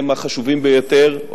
הם החשובים ביותר,